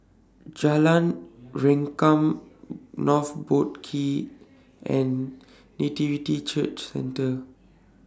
Jalan Rengkam North Boat Quay and Nativity Church Centre